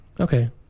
Okay